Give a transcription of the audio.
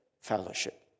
fellowship